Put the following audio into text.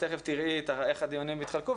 אז תיכף תראי איך הדיונים יתחלקו,